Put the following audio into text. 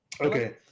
okay